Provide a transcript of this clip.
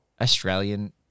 Australian